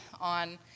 on